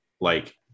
Like-